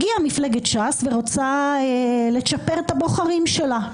הגיעה מפלגת ש"ס ורוצה לצ'פר את הבוחרים שלה,